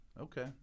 Okay